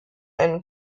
einen